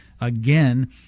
again